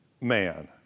man